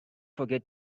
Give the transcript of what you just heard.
forget